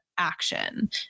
action